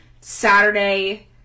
Saturday